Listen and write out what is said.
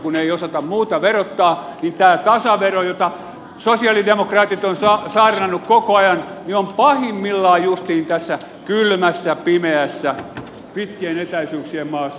kun ei osata muuta verottaa niin tämä tasavero josta sosialidemokraatit ovat saarnanneet koko ajan on pahimmillaan justiin tässä kylmässä pimeässä pitkien etäisyyksien maassa